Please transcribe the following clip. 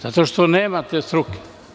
Zato što nemate struke.